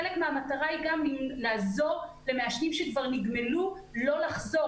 חלק מהמטרה היא גם לעזור למעשנים שכבר נגמלו לא לחזור,